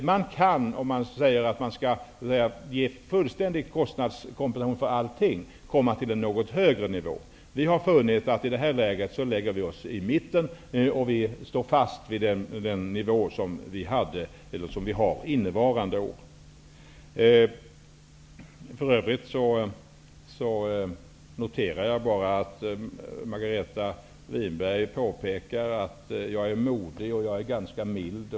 Om man skall ge en fullständig kostnadskompensation för allting, blir nivån något högre. Vi har kommit fram till att det i det här läget är lämpligt att lägga sig i mitten. Vi står alltså fast vid innevarande års nivå. För övrigt noterar jag att Margareta Winberg påpekar att jag är modig och ganska mild.